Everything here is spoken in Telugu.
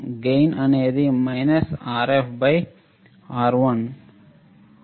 గెయిన్ అనేది RfR1